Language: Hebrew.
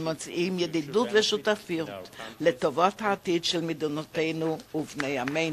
אנו מציעים ידידות ושותפות לטובת העתיד של מדינותינו ובני עמינו.